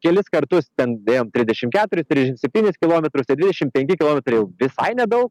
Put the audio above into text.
kelis kartus ten ėjom trisdešimt keturis trisdešimt septynis kilometrus tie dvidešimt penki kilometrai jau visai nedaug